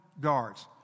guards